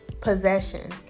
possession